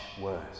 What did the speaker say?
worse